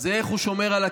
זה איך הוא שומר על הכיסא,